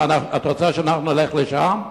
מה, את רוצה שאנחנו נלך לשם?